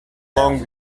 long